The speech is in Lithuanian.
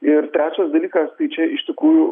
ir trečias dalykas tai čia iš tikrųjų